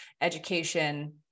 education